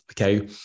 Okay